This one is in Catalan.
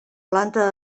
planta